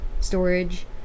storage